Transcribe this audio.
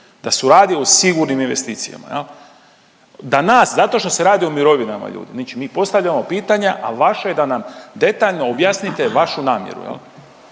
da se radi o sigurnim investicijama jel, da nas, zato što se radi o mirovinama ljudi, ničim, mi postavljamo pitanja, a vaše je da nam detaljno objasnite vašu namjeru